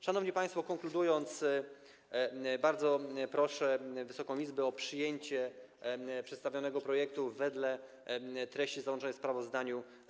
Szanowni państwo, konkludując, bardzo proszę Wysoką Izbę o przyjęcie przedstawionego projektu w treści zawartej w sprawozdaniu.